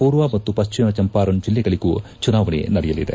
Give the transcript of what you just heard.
ಪೂರ್ವ ಮತ್ತು ಪಶ್ಚಿಮ ಚಂಪಾರಣ್ ಜಿಲ್ಲೆಗಳಗೂ ಜುನಾವಣೆ ನಡೆಯಲಿದೆ